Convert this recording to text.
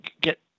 get